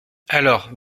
alors